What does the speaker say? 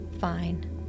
fine